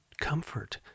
comfort